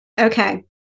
Okay